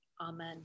Amen